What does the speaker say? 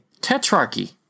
tetrarchy